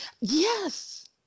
Yes